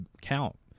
count